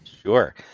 Sure